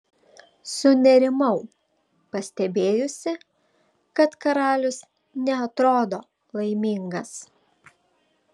sunerimau pastebėjusi kad karalius neatrodo laimingas